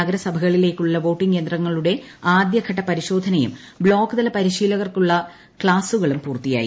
നഗരസഭകളിലേക്കുള്ള voting യന്ത്രങ്ങളുടെ ആദ്യ ഘട്ട പരിശോധനയും ബ്ലോക്ക് തല പരിശീലകർക്കുള്ള ക്ലാസുകളും പൂർത്തിയായി